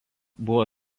buvo